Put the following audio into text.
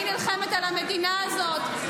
אני נלחמת על המדינה הזאת.